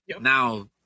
Now